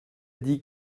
dit